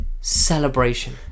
Celebration